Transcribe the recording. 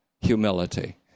humility